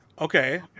okay